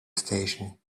station